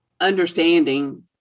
understanding